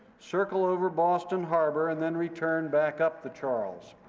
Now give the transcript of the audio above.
circle over boston harbor, and then return back up the charles.